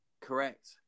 correct